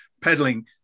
peddling